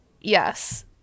Yes